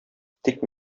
тик